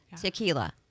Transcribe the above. Tequila